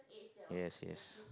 yes yes